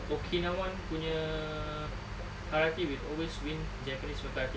okinawan punya karate will always win japanese punya karate